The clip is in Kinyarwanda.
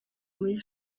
muri